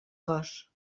cos